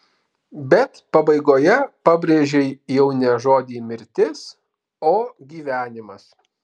bet pabaigoje pabrėžei jau ne žodį mirtis o gyvenimas